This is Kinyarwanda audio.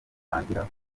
rutangira